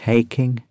Taking